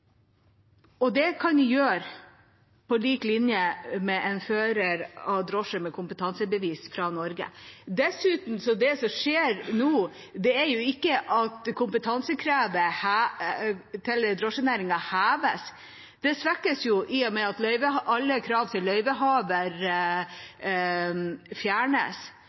Det kan en gjøre på lik linje med en fører av drosje med kompetansebevis fra Norge. Dessuten er det som skjer nå, ikke at kompetansekravet til drosjenæringen heves. Det svekkes, i og med at alle krav til løyvehavere fjernes,